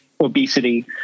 obesity